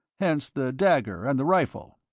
hence the dagger and the rifle?